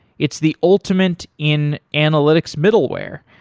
it's the ultimate in analytics middleware.